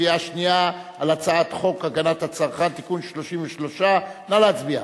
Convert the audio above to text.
בקריאה שנייה על הצעת חוק הגנת הצרכן (תיקון מס' 33). נא להצביע,